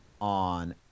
on